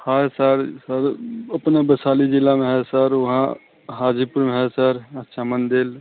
हाँ sir sir अपना वैशाली ज़िला में है सर वहाँ हाज़ीपुर में है सर अच्छा मन्दिर